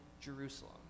Jerusalem